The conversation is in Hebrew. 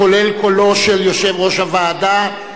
כולל קולו של יושב-ראש הוועדה,